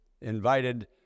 invited